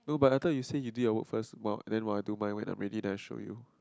no but I thought you say you did your work first while then I will do my way I'm ready then I will show you